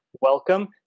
welcome